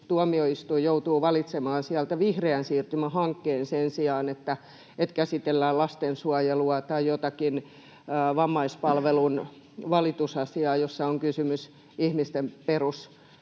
tuomioistuin joutuu valitsemaan sieltä vihreän siirtymän hankkeen sen sijaan, että käsitellään lastensuojelua tai jotakin vammaispalvelun valitusasiaa, jossa on kysymys ihmisten peruselämisen